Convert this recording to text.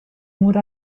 would